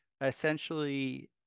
essentially